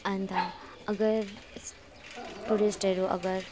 अन्त अगर टुरिस्टहरू अगर